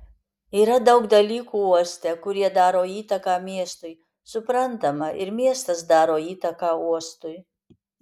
yra daug dalykų uoste kurie daro įtaką miestui suprantama ir miestas daro įtaką uostui